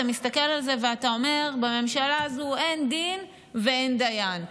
אתה מסתכל על זה ואתה אומר: בממשלה הזאת אין דין ואין דיין.